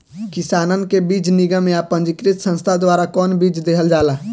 किसानन के बीज निगम या पंजीकृत संस्था द्वारा कवन बीज देहल जाला?